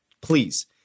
please